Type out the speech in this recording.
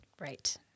Right